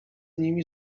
nimi